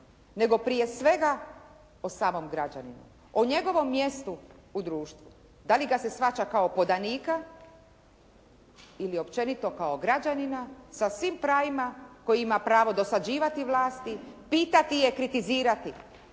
nego prije svega o samo građaninu. O njegovom mjestu u društvu. Dali ga se shvaća kao podanika ili općenito kao građanina sa svim pravima koji ima pravo dosađivati vlasti, pitati je, kritizirati,